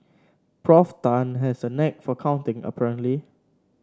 Prof Tan has a knack for counting apparently